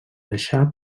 deixà